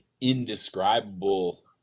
indescribable